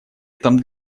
этом